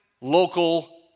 local